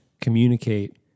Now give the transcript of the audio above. communicate